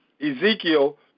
Ezekiel